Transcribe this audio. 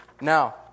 Now